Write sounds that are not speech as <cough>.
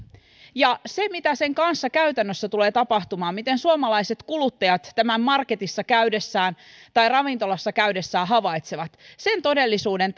ja mitä sen kanssa käytännössä tulee tapahtumaan miten suomalaiset kuluttajat tämän marketissa käydessään tai ravintolassa käydessään havaitsevat sen todellisuuden <unintelligible>